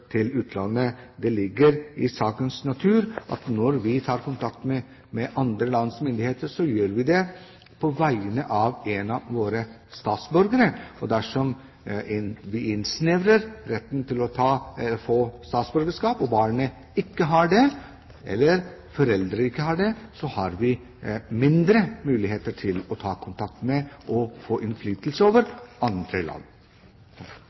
til utlandet. Det ligger i sakens natur at når vi tar kontakt med andre lands myndigheter, gjør vi det på vegne av en av våre statsborgere, og dersom vi innsnevrer retten til å få statsborgerskap, og barnet ikke har det, eller foreldre ikke har det, har vi mindre muligheter til å ta kontakt med og få innflytelse over andre land.